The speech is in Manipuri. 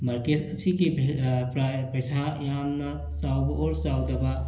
ꯃꯥꯔꯀꯦꯠ ꯑꯁꯤꯒꯤ ꯄꯩꯁꯥ ꯌꯥꯝꯅ ꯆꯥꯎꯕ ꯑꯣꯔ ꯆꯥꯎꯗꯕ